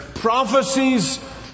prophecies